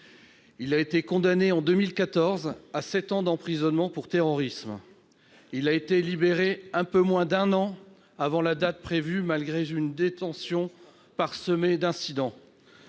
Condamné, en 2014, à sept ans d'emprisonnement pour terrorisme, cet homme a été libéré un peu moins d'un an avant la date prévue, malgré une détention parsemée d'incidents.